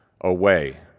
away